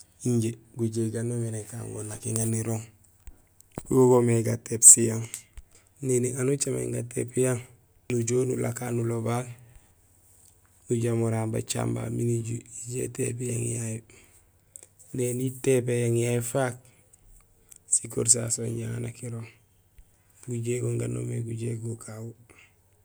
Injé gujéék gaan noomé nakaan go nak iŋa nirooŋ; go goomé gatéép siyang. Néni aan ucaméén gatéép nujool nulakoha nuloba, nujamoral bacaam babu miin iju ijoow je itépi yang yayu, néni étépé yang yayu ifaak, sikori sasu so nak iŋa nak irooŋ. Gujégoom gaan noomé gujéék go gagu.